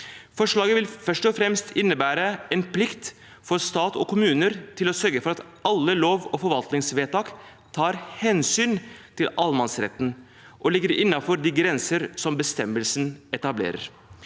Forslaget vil først og fremst innebære en plikt for stat og kommuner til å sørge for at alle lov- og forvaltningsvedtak tar hensyn til allemannsretten og ligger innenfor de grenser som bestemmelsen etablerer.